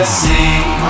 see